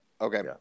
Okay